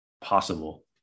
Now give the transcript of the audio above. possible